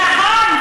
נכון,